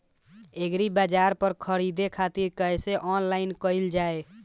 एग्रीबाजार पर खरीदे खातिर कइसे ऑनलाइन कइल जाए?